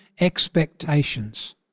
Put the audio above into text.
expectations